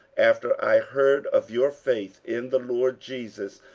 after i heard of your faith in the lord jesus,